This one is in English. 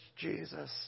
Jesus